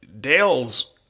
dale's